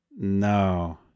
No